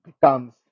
becomes